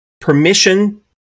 permission